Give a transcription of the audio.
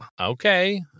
Okay